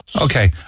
Okay